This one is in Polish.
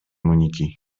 moniki